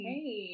Hey